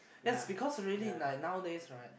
yes because really like nowadays right